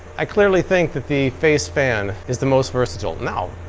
i clearly think that the face fan is the most versatile. now,